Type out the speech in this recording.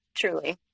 truly